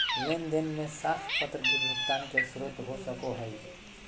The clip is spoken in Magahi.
लेन देन में साख पत्र भी भुगतान के स्रोत हो सको हइ